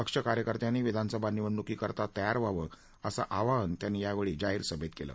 पक्षकार्यकर्त्यांनी विधानसभा निवडणुकीकरता तयार व्हावं असं आवाहन त्यांनी यावेळी जाहीर सभेत केलं